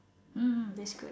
mm that's good